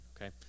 okay